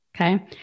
Okay